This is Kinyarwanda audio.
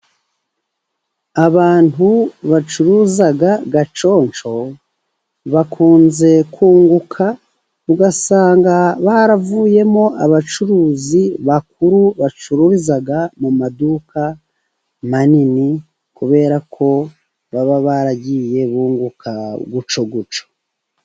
Abantu bacuruza agaconco bakunze kunguka, ugasanga baravuyemo abacuruzi bakuru, bacururiza mu maduka manini, kubera ko baba baragiye bunguka gutyo gutyo.